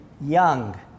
young